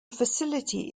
facility